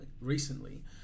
Recently